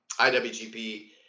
IWGP